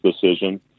decision